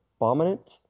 Abominant